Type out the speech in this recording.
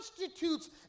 constitutes